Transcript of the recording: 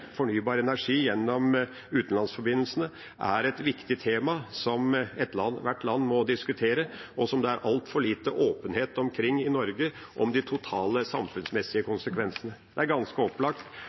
fornybar energi gjennom utenlandsforbindelsene et viktig tema som ethvert land må diskutere, og som det er altfor lite åpenhet omkring i Norge om de totale samfunnsmessige konsekvensene av. Det er ganske opplagt